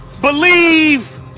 believe